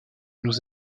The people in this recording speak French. nous